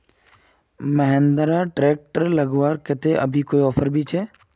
Mahindra tractor खरीद लगवार केते अभी कोई ऑफर भी छे?